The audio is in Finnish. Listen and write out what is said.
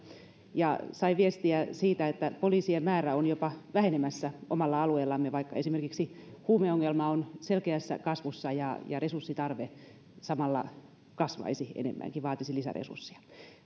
ja sain viestiä siitä että poliisien määrä on jopa vähenemässä omalla alueellamme vaikka esimerkiksi huumeongelma on selkeässä kasvussa ja ja resurssitarve samalla kasvaisi enemmänkin vaatisi lisäresursseja